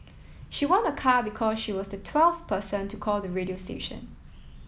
she won a car because she was the twelfth person to call the radio station